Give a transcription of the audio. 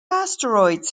asteroids